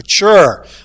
mature